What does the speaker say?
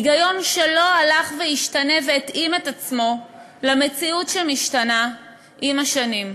היגיון שלא הלך והשתנה והתאים את עצמו למציאות שמשתנה עם השנים,